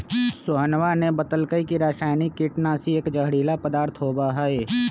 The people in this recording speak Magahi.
सोहनवा ने बतल कई की रसायनिक कीटनाशी एक जहरीला पदार्थ होबा हई